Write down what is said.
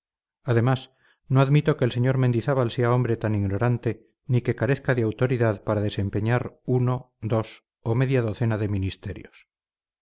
además no admito que el sr mendizábal sea hombre tan ignorante ni que carezca de autoridad para desempeñar uno dos o media docena de ministerios